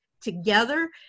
together